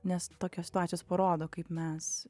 nes tokios situacijos parodo kaip mes